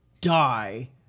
die